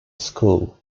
school